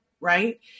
right